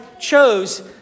chose